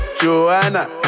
Joanna